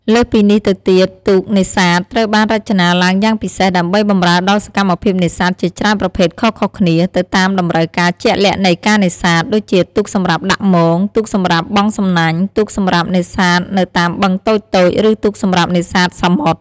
លើសពីនេះទៅទៀត ទូកនេសាទត្រូវបានរចនាឡើងយ៉ាងពិសេស ដើម្បីបម្រើដល់សកម្មភាពនេសាទជាច្រើនប្រភេទខុសៗគ្នា ទៅតាមតម្រូវការជាក់លាក់នៃការនេសាទ ដូចជាទូកសម្រាប់ដាក់មង ទូកសម្រាប់បង់សំណាញ់ ទូកសម្រាប់នេសាទនៅតាមបឹងតូចៗ ឬទូកសម្រាប់នេសាទសមុទ្រ។